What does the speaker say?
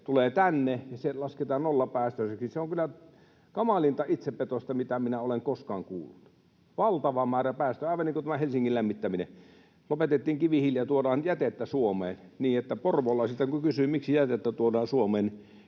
se lasketaan nollapäästöiseksi, niin se on kyllä kamalinta itsepetosta, mitä minä olen koskaan kuullut. Valtava määrä päästöjä. Aivan niin kuin tämä Helsingin lämmittäminen: lopetettiin kivihiili ja tuodaan jätettä Suomeen. Porvoolaisilta kysyin, miksi jätettä tuodaan Suomeen